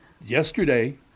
Yesterday